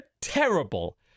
terrible